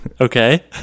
okay